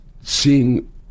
seeing